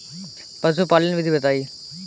पशुपालन विधि बताई?